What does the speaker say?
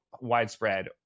widespread